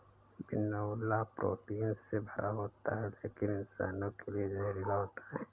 बिनौला प्रोटीन से भरा होता है लेकिन इंसानों के लिए जहरीला होता है